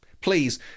please